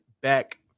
back